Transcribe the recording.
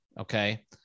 Okay